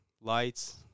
lights